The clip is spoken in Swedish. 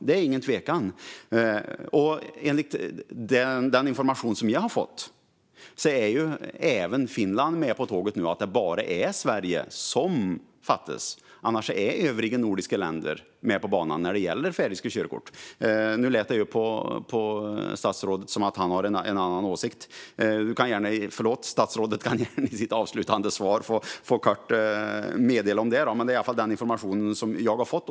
Det råder ingen tvekan om det. Enligt den information som vi har fått är även Finland med på tåget nu, så det är bara Sverige som fattas. Annars är övriga nordiska länder med på banan när det gäller färöiska körkort. Nu lät det på statsrådet som att han har en annan åsikt. Statsrådet kan gärna i sitt avslutande svar kort få meddela mer om detta, men det här är i alla fall den information som jag har fått.